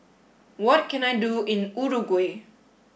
what can I do in Uruguay